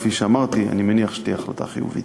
כפי שאמרתי, אני מניח שתהיה החלטה חיובית.